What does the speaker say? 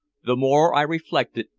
the more i reflected,